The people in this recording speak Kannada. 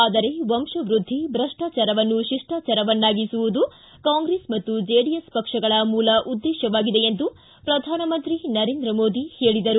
ಆದರೆ ವಂಶವೃದ್ಧಿ ಭ್ರಷ್ಟಾಚಾರವನ್ನಾಗಿಸುವುದು ಕಾಂಗ್ರೆಸ್ ಮತ್ತು ಜೆಡಿಎಸ್ ಪಕ್ಷಗಳ ಮೂಲ ಉದ್ದೇಶವಾಗಿದೆ ಎಂದು ಪ್ರಧಾನಮಂತ್ರಿ ನರೇಂದ್ರ ಮೋದಿ ಹೇಳದರು